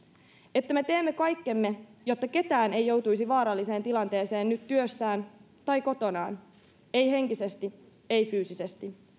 että me teemme kaikkemme jotta kukaan ei joutuisi vaaralliseen tilanteeseen nyt työssään tai kotonaan ei henkisesti ei fyysisesti